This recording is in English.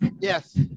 yes